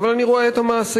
אבל אני רואה את המעשים,